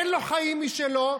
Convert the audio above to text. אין לו חיים משלו,